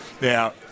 Now